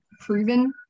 proven